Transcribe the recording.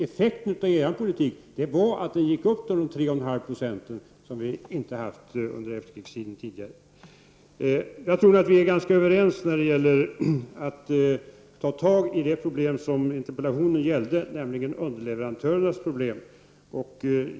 Effekten av den borgerliga politiken var att arbetslösheten gick upp till 3,5 26, en nivå som vi tidigare aldrig har haft under efterkrigstiden. Jag tror att vi är ganska överens när det gäller att ta itu med det problem som interpellationen gällde, nämligen underleverantörernas problem.